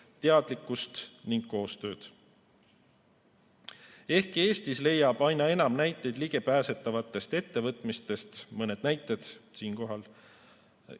teadlikkust ning koostööd. Ehkki Eestis leiab aina enam näiteid ligipääsetavatest ettevõtmistest – siinkohal